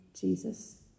Jesus